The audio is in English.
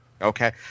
okay